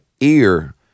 ear